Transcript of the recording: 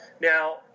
Now